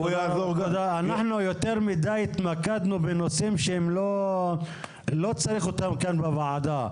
יותר מדי התמקדנו בנושאים שלא צריך אותם כאן בוועדה.